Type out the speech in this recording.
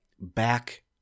back